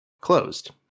closed